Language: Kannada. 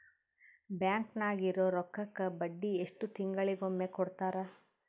ಬ್ಯಾಂಕ್ ನಾಗಿರೋ ರೊಕ್ಕಕ್ಕ ಬಡ್ಡಿ ಎಷ್ಟು ತಿಂಗಳಿಗೊಮ್ಮೆ ಕೊಡ್ತಾರ?